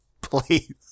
Please